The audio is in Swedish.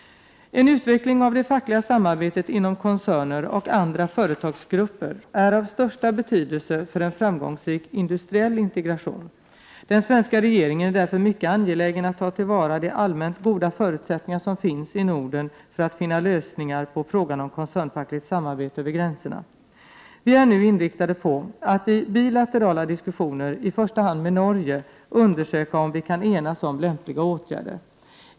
En utveckling av det fackliga samarbetet inom koncerner och andra företagsgrupper är av största betydelse för en framgångsrik industriell integration. Den svenska regeringen är därför mycket angelägen om att ta till vara de allmänt goda förutsättningar som finns i Norden för att finna lösningar på frågan om koncernfackligt samarbete över gränserna. Vi är nu inriktade på att i bilaterala diskussioner, i första hand med Norge, undersöka om vi kan enas om lämpliga åtgärder.